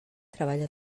treballa